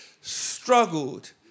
struggled